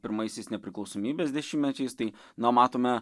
pirmaisiais nepriklausomybės dešimtmečiais tai na matome